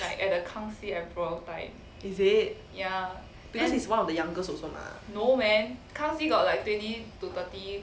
is it because he is one of the youngest also mah